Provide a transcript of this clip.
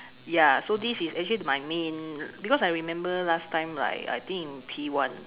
ya so this is actually my main because I remember last time like I think in P one